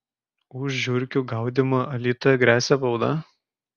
už žiurkių gaudymą alytuje gresia bauda